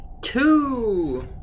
two